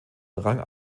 rang